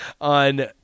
on